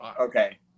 Okay